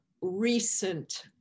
recent